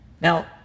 Now